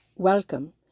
Welcome